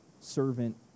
servant